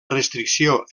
restricció